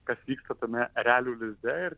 kas vyksta tame erelių lizde ir